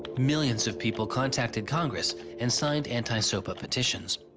millions of people contacted congress and signed anti-sopa petitions.